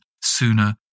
sooner